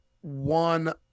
one